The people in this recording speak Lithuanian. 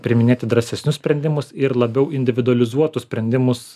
priiminėti drąsesnius sprendimus ir labiau individualizuotus sprendimus